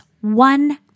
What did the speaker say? one